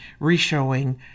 reshowing